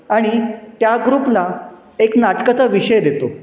आणि त्या ग्रुपला एक नाटकचा विषय देतो